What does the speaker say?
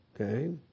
Okay